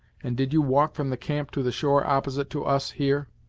and did you walk from the camp to the shore opposite to us, here?